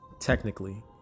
technically